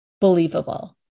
believable